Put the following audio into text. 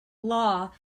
law